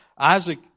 Isaac